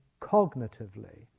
cognitively